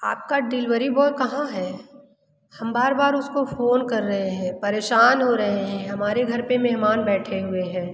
आपका delivery boy कहाँ है हम बार बार उसको फ़ोन कर रहे हे परेशान हो रहे हैं हमारे घर पे मेहमान बैठे हुए हैं